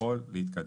יכול להתקדם.